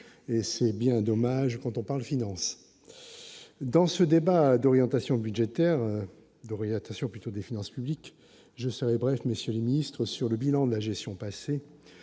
et c'est bien dommage quand on parle finances dans ce débat d'orientation budgétaire d'orientation plutôt des finances publiques, je serai bref, monsieur le ministre, sur le bilan de la gestion passée